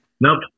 Nope